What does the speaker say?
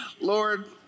Lord